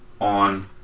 on